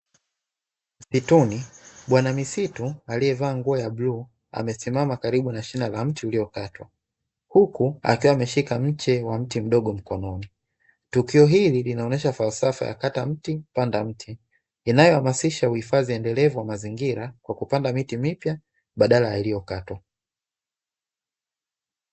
Msituni. Bwana misitu aliyevaa nguo ya bluu, amesimama karibu na shina la mti uliokatwa huku akiwa ameshika mche wa mti mdogo mkononi. Tukio hili linaonesha falsafa ya kata mti panda mti, inayohamasisha uhifadhi endelevu wa mazingira kwa kupanda miti mipya badala ya iliyokatwa.